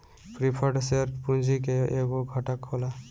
preferred share पूंजी के एगो घटक होला